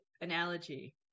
analogy